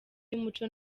y’umuco